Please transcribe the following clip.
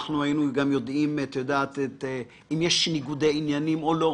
היינו יודעים אם יש ניגודי עניינים או לא.